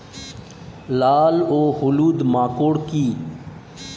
লাল ও হলুদ মাকর কী?